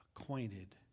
acquainted